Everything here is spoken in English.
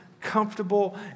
comfortable